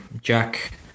jack